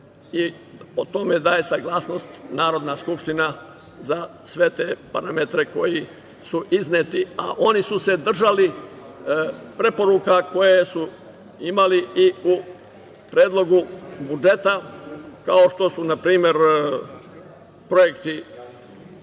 O tome daje saglasnost Narodna skupština za sve te parametre koji su izneti, a oni su se držali preporuka koje su imali i u Predlogu budžeta, kao što su npr. projekti